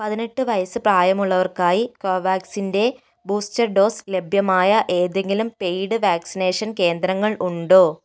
പതിനെട്ട് വയസ്സ് പ്രായമുള്ളവർക്കായി കോവാക്സിൻ്റെ ബൂസ്റ്റർ ഡോസ് ലഭ്യമായ ഏതെങ്കിലും പെയ്ഡ് വാക്സിനേഷൻ കേന്ദ്രങ്ങൾ ഉണ്ടോ